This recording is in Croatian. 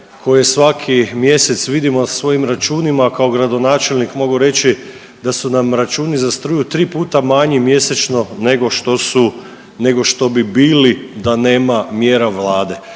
koje svaki mjesec vidimo na svojim računima kao gradonačelnik mogu reći da su nam računi za struju 3 puta manji mjesečno nego što su, nego što bi bili da nema mjera Vlade.